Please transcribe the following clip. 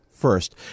First